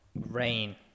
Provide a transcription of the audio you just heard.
Rain